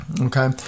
Okay